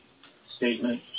statement